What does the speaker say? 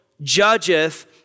judgeth